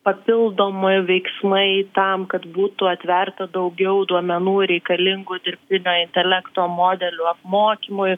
papildomai veiksmai tam kad būtų atverta daugiau duomenų reikalingų dirbtinio intelekto modelių apmokymui